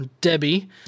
Debbie